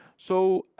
so